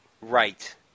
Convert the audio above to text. Right